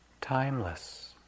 Timeless